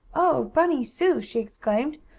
oh, bunny! sue! she exclaimed.